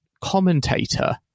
Commentator